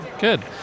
good